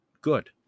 good